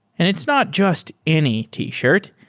and it's not just any t-shirt.